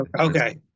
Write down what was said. Okay